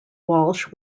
walsh